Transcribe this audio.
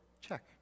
check